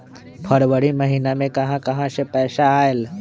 फरवरी महिना मे कहा कहा से पैसा आएल?